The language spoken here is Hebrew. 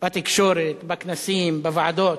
בתקשורת, בכנסים, בוועדות.